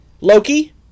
Loki